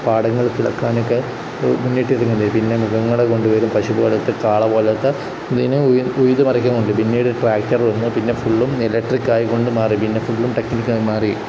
പാടങ്ങൾ കിളക്കാനൊക്കെ മുന്നിട്ടിരുന്നത് പിന്നെ മൃഗങ്ങളെ കൊണ്ട് വരും പശു പോലത്തെ കാള പോലത്തെ ഇതിനെ ഉഴുത് മറിക്കാൻ കൊണ്ട് വരും പിന്നീട് ട്രാക്ടർ വന്നു പിന്നെ ഫുള്ളും ഇലക്ട്രിക്ക് ആയിക്കൊണ്ട് മാറി പിന്നെ ഫുള്ളും ടെക്നിക്കായി മാറി